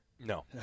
No